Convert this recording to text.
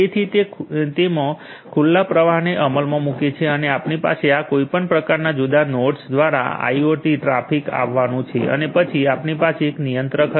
તેથી જે તેમાં ખુલ્લા પ્રવાહને અમલમાં મૂકે છે અને આપણી પાસે આ કોઈપણ જુદા જુદા નોડ્સ દ્વારા આઈઆઈઓટી ટ્રાફિક આવવાનું છે અને પછી આપણી પાસે એક નિયંત્રક હશે